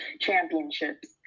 championships